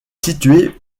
situé